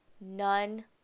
none